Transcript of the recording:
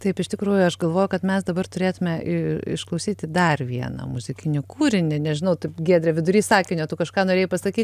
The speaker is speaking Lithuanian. taip iš tikrųjų aš galvoju kad mes dabar turėtume išklausyti dar vieną muzikinį kūrinį nežinau taip giedrę vidury sakinio tu kažką norėjai pasakyti